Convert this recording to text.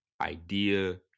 idea